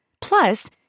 Plus